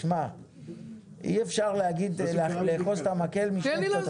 תשמע, אי אפשר לאחוז במקל משני קצותיו.